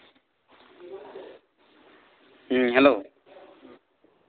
ᱦᱮᱸ ᱦᱮᱞᱳ